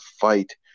fight